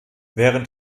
während